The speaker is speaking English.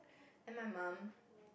then my mum